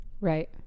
right